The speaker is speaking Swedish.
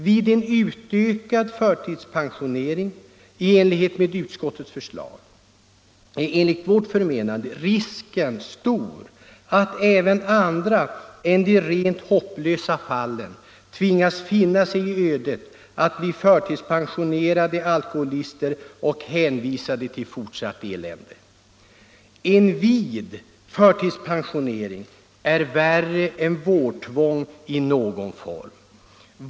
Vid en utökning i enlighet med utskottets förslag är, som vi ser det, risken mycket stor att även andra än de rent hopplösa fallen tvingas finna sig i ödet att bli förtidspensionerade alkoholister och hänvisade till fornwsatt elände. En vid förtidspensionering är värre än vårdtvång i någon form.